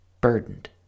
burdened